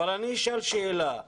אבל אני אשאל שאלה.